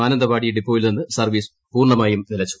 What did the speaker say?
മാനന്തവാദി ഡിപ്പോയിൽ നിന്ന് സർവീസ് പൂർണ്ണമായും നിലച്ചു